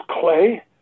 clay